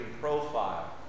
profile